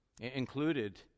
Included